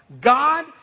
God